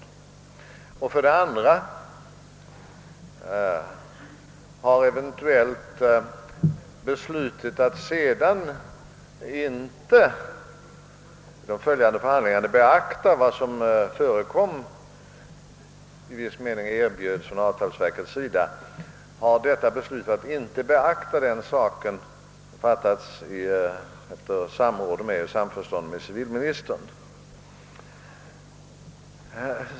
Jag vill också fråga om beslutet att i de följande förhandlingarna inte beakta vad som i viss mening erbjöds från avtalsverkets sida har fattats efter samråd med och i samförstånd med civilministern.